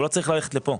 הוא לא צריך ללכת לפה.